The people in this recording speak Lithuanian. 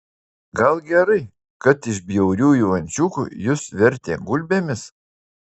gal gerai kad iš bjauriųjų ančiukų jus vertė gulbėmis